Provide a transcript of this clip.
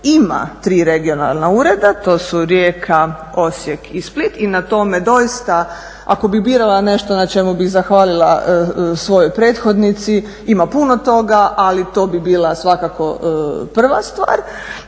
ima tri regionalna ureda, to su Rijeka, Osijek i Split i na tome doista ako bi birala nešto na čemu bih zahvalila svojoj prethodnici ima puno toga, ali to bi bila svakako prva stvar.